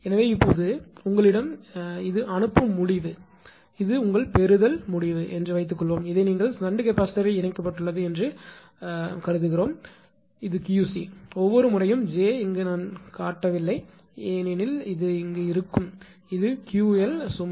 எனவே இப்போது உங்களிடம் இது உங்கள் அனுப்பும் முடிவு இது உங்கள் பெறுதல் முடிவு என்று வைத்துக்கொள்வோம் இதை நீங்கள் ஷண்ட் கெபாசிட்டார் இணைக்கப்பட்டுள்ளது என்று அழைக்கிறீர்கள் 𝑄𝐶 ஒவ்வொரு முறையும் j இங்கு காட்டவில்லை ஆனால் இது இங்கு இருக்கும் இது 𝑄𝑙 சுமை